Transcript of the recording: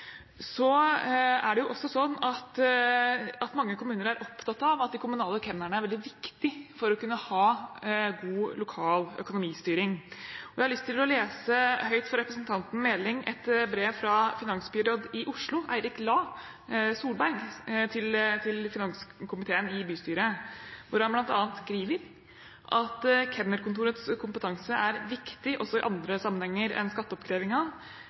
Så er det også sånn at mange kommuner er opptatt av at de kommunale kemnerne er veldig viktige for å kunne ha god lokal økonomistyring. Jeg har lyst til å lese høyt for representanten Meling et brev fra finansbyråd i Oslo, Eirik Lae Solberg, til finanskomiteen i bystyret, hvor han bl.a. skriver: «Kemnerkontorets kompetanse er viktig også i andre sammenhenger enn